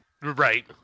Right